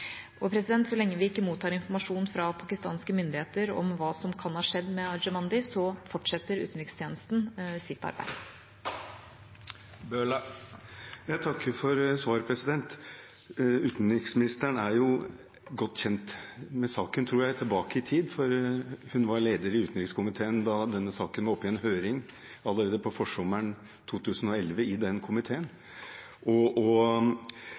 Så lenge vi ikke mottar informasjon fra pakistanske myndigheter om hva som kan ha skjedd med Arjemandi, fortsetter utenrikstjenesten sitt arbeid. Jeg takker for svaret. Utenriksministeren er godt kjent med saken tilbake i tid, tror jeg, for hun var leder i utenrikskomiteen da denne saken var oppe i en høring i den komiteen allerede på forsommeren i 2011.